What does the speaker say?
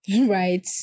right